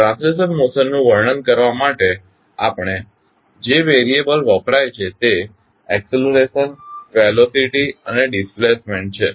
translational motion નું વર્ણન કરવા માટે જે વેરિયેબલ વપરાય છે તે એક્સલરેશન વેલોસીટી અને ડીસ્પ્લેસમેન્ટ છે